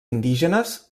indígenes